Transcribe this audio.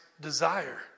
desire